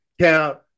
count